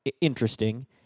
interesting